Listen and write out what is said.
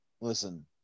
Listen